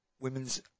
Women's